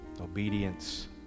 obedience